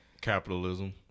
Capitalism